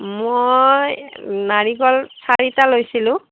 মই নাৰিকল চাৰিটা লৈছিলোঁ